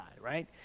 right